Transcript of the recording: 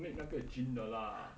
make 那个 gene 的 lah